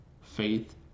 faith